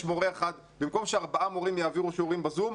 יש מורה אחד ובמקום שארבעה מורים יעבירו שיעורים ב-זום,